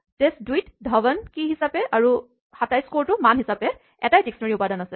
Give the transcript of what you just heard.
টেষ্ট২ ত ধৱন কীচাবি হিচাপে আৰু ২৭ স্ক'ৰটো মান হিচাপে এটাই ডিস্কনেৰীঅভিধানউপাদান আছে